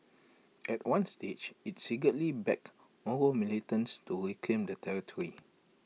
at one stage IT secretly backed Moro militants to reclaim the territory